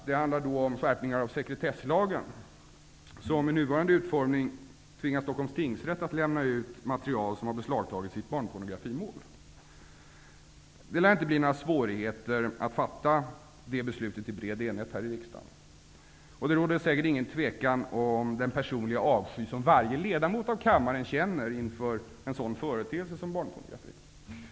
Det handlar då om skärpningar av sekretesslagen, som i sin nuvarande utformning tvingar Stockholms tingsrätt att lämna ut material som har beslagtagits i ett barnpornografimål. Det lär inte bli några svårigheter för riksdagen att fatta det beslutet i bred enighet, och det råder säkert inget tvivel om den personliga avsky som varje ledamot av kammaren känner inför en sådan företeelse som barnpornografi.